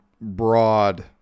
broad